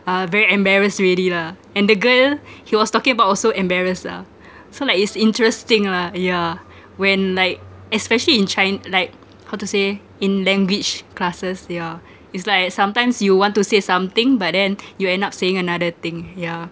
uh very embarrassed already lah and the girl he was talking about also embarrassed lah so like it's interesting lah yeah when like especially in chi~ like how to say in language classes yeah is like sometimes you want to say something but then you end up saying another thing yeah